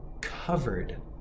covered